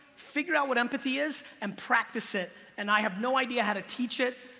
figure out what empathy is, and practice it. and i have no idea how to teach it,